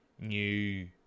new